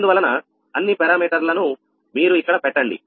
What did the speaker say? అందువలన అన్ని పరామితిలను మీరు ఇక్కడ పెట్టండి